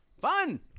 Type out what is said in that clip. Fun